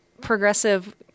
progressive